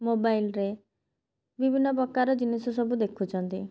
ମୋବାଇଲ୍ରେ ବିଭିନ୍ନ ପ୍ରକାର ଜିନିଷ ସବୁ ଦେଖୁଛନ୍ତି